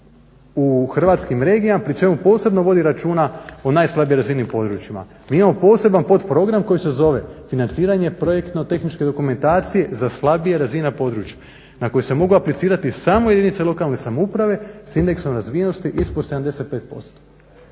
u hrvatskim regijama pri čemu posebno vodi računa o najslabije razvijenim područjima. Mi imamo poseban potprogram koji se zove "Financiranje projektno tehničke dokumentacije za slabije razvijena područja" na koje se mogu aplicirati samo jedinice lokalne samouprave s indeksom razvijenosti ispod 75%.